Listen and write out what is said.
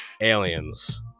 aliens